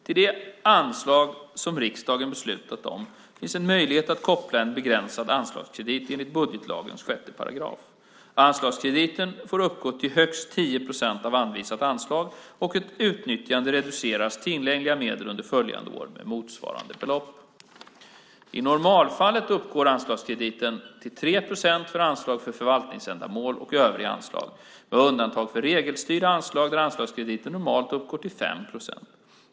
Till de anslag som riksdagen beslutat om finns det en möjlighet att koppla en begränsad anslagskredit enligt budgetlagens 6 §. Anslagskrediten får uppgå till högst 10 procent av anvisat anslag, och ett utnyttjande reducerar tillgängliga medel under följande år med motsvarande belopp. I normalfallet uppgår anslagskrediten till 3 procent för anslag för förvaltningsändamål och övriga anslag, med undantag för regelstyrda anslag där anslagskrediten normalt uppgår till 5 procent.